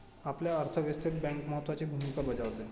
आपल्या अर्थव्यवस्थेत बँक महत्त्वाची भूमिका बजावते